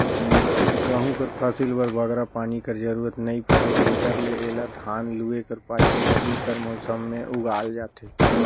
गहूँ कर फसिल बर बगरा पानी कर जरूरत नी परे तेकर ले एला धान लूए कर पाछू रबी कर मउसम में उगाल जाथे